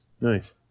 Nice